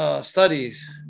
studies